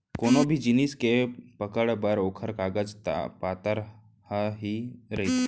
कोनो भी जिनिस के पकड़ बर ओखर कागज पातर ह ही रहिथे